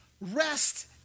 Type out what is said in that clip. rest